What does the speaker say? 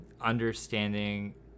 understanding